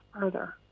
further